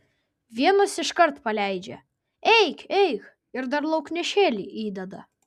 vienos iškart paleidžia eik eik ir dar lauknešėlį įdeda